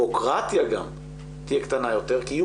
והביורוקרטיה גם תהיה קטנה יותר כי יהיו